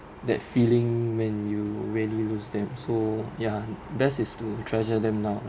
that feeling when you really lose them so ya best is to treasure them now